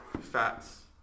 fats